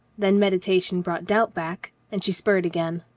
then meditation brought doubt back, and she spurred again.